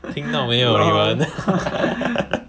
听到没有